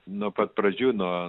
nuo pat pradžių nuo